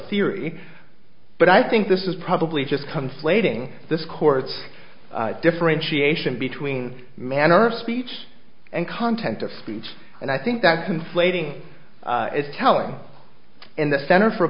theory but i think this is probably just come slating this court's differentiation between manner of speech and content of speech and i think that conflating is telling in the center for